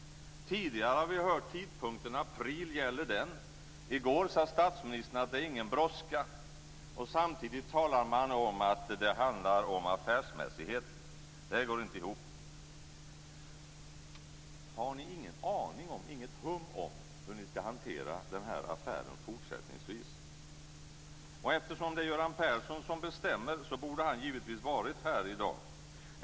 Tidigare har vi hört tidpunkten april. Gäller den? I går sade statsministern att det inte är någon brådska. Samtidigt säger man att det handlar om affärsmässighet. Det går inte ihop. Har ni inget hum om hur ni ska hantera den här affären fortsättningsvis? Eftersom det är Göran Persson som bestämmer borde han givetvis ha varit här i dag.